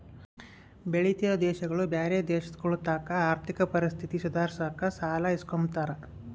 ಬೆಳಿತಿರೋ ದೇಶಗುಳು ಬ್ಯಾರೆ ದೇಶಗುಳತಾಕ ಆರ್ಥಿಕ ಪರಿಸ್ಥಿತಿನ ಸುಧಾರ್ಸಾಕ ಸಾಲ ಇಸ್ಕಂಬ್ತಾರ